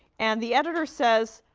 and the editor says,